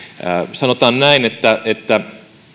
sanotaan näin että että